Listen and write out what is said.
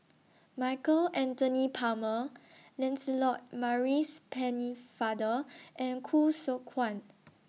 Michael Anthony Palmer Lancelot Maurice Pennefather and Khoo Seok Wan